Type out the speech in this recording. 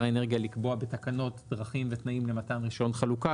האנרגיה לקבוע בתקנות דרכים ותנאים למתן רישיון חלוקה,